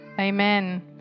Amen